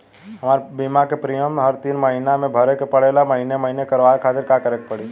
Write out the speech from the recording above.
हमार बीमा के प्रीमियम हर तीन महिना में भरे के पड़ेला महीने महीने करवाए खातिर का करे के पड़ी?